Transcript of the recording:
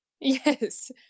Yes